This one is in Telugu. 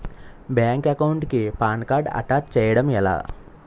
బ్యాంక్ అకౌంట్ కి పాన్ కార్డ్ అటాచ్ చేయడం ఎలా?